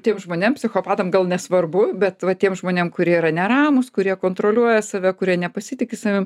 tiem žmonėm psichopatam gal nesvarbu bet va tiem žmonėm kurie yra neramūs kurie kontroliuoja save kurie nepasitiki savim